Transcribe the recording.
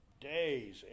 days